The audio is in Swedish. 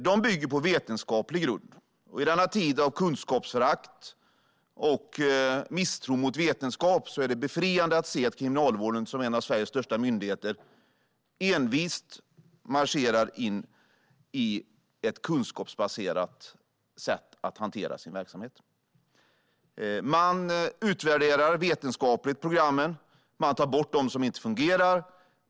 De bygger på vetenskaplig grund, och i denna tid av kunskapsförakt och misstro mot vetenskap är det befriande att se att Kriminalvården - som är en av Sveriges största myndigheter - envist marscherar på med ett kunskapsbaserat sätt att hantera sin verksamhet. Man utvärderar programmen vetenskapligt, och man tar bort dem som inte fungerar.